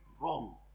wrong